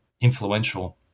influential